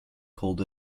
called